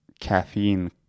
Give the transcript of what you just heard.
caffeine